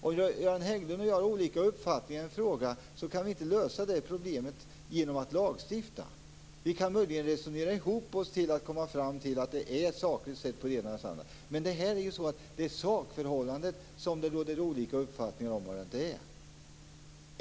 Om Göran Hägglund och jag har olika uppfattningar i en fråga kan man inte lösa det genom lagstifta. Vi kan möjligen resonera ihop oss och komma fram till att det sakligt sett är på det ena eller det andra sättet, men här är det sakförhållandet som det råder olika uppfattningar om.